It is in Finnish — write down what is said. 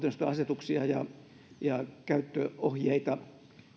asetuksia ja ja käyttöohjeita